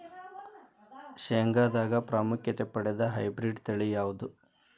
ಶೇಂಗಾದಾಗ ಪ್ರಾಮುಖ್ಯತೆ ಪಡೆದ ಹೈಬ್ರಿಡ್ ತಳಿ ಯಾವುದು?